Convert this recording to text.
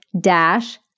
dash